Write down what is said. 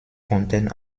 fontaine